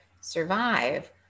survive